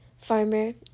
farmer